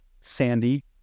Sandy